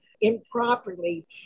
improperly